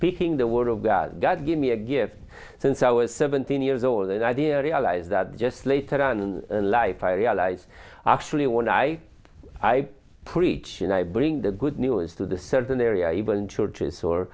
picking the word of god god gave me a gift since i was seventeen years old and idea i realize that just later on in life i realize actually when i i preach and i bring the good news to the certain area even churches or